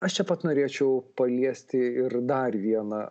aš čia pat norėčiau paliesti ir dar vieną